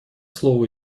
слово